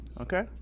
okay